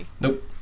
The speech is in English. Nope